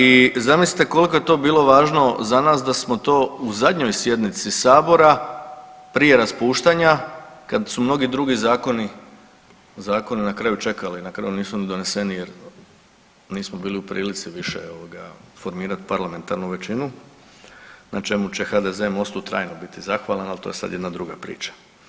I zamislite koliko je to bilo važno za nas da smo to u zadnjoj sjednici sabora prije raspuštanja, kad su mnogi drugi zakoni, zakoni na kraju čekali, na kraju nisu ni doneseni jer nismo bili u prilici više ovoga formirat parlamentarnu većinu na čemu će HDZ MOST-trajno biti zahvalan ali to je sad jedna druga priča.